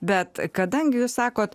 bet kadangi jūs sakot